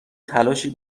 تلاشی